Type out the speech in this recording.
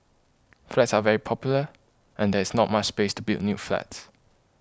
flats are very popular and there is not much space to build new flats